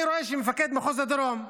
אני רואה שמפקד מחוז דרום,